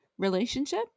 Relationship